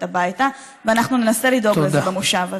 הביתה ואנחנו ננסה לדאוג לזה במושב הזה.